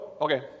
okay